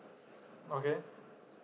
okay